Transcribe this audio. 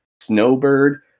Snowbird